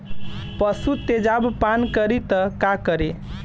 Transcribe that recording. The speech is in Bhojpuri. पशु तेजाब पान करी त का करी?